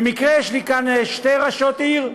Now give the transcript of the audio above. במקרה יש לי כאן שתי ראשות עיר.